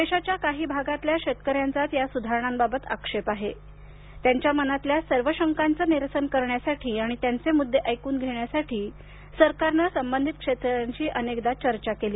देशाच्या काही भागातल्या शेतकऱ्यांचाच या सुधारणांबाबत आक्षेप आहे त्यांच्या मनातल्या सर्व शंकांचं निरसन करण्यासाठी आणि त्यांचे मुद्दे ऐकून घेण्यासाठी सरकारनं संबंधित शेतकऱ्यांशी अनेकदा चर्चा केली